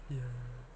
ya